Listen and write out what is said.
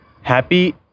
Happy